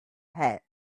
hat